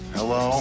Hello